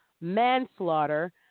manslaughter